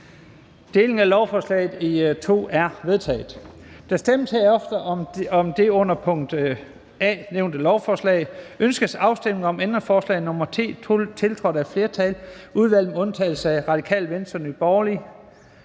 Delingen af lovforslaget er vedtaget. Der stemmes herefter om det under A nævnte lovforslag: Ønskes afstemning om ændringsforslag nr. 2, tiltrådt af et flertal (udvalget med undtagelse af RV og NB)? Det er